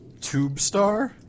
TubeStar